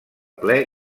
ple